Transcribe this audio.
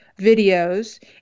videos